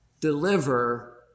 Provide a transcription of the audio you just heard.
deliver